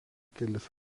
kelis